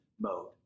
mode